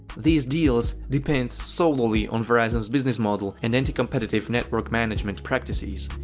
these deals depend so solely on verizon's business model and anti-competitive network management practices.